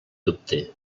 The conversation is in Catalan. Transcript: dubte